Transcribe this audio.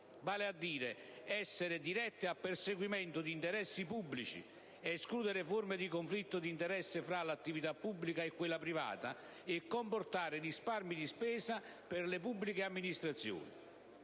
vale a dire, essere dirette al perseguimento di interessi pubblici, escludere forme di conflitto di interesse tra l'attività pubblica e quella privata e comportare risparmi di spesa per le pubbliche amministrazioni.